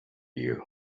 you